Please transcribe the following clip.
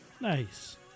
Nice